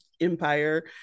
Empire